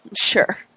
Sure